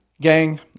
Gang